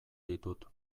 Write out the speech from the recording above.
ditut